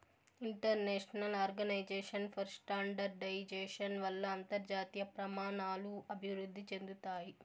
international organization for standardization వల్ల అంతర్జాతీయ ప్రమాణాలు అభివృద్ధి చెందుతాయి